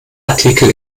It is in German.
artikel